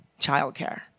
childcare